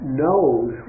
knows